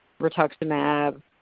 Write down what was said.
rituximab